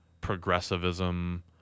progressivism